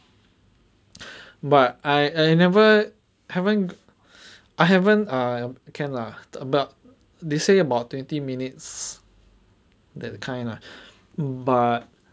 but I never haven't I haven't ah can lah but they say about twenty minutes that kind lah mm but